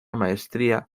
maestría